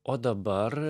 o dabar